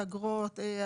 אגרות,